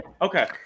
Okay